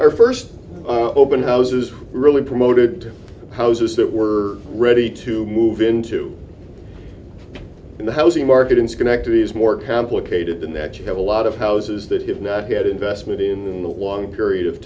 our first open houses really promoted houses that were ready to move into the housing market in schenectady is more complicated than that you have a lot of houses that have not had investment in the long period of